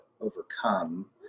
overcome